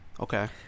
Okay